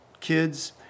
kids